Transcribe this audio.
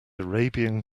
arabian